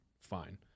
fine